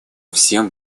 всем